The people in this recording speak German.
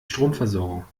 stromversorgung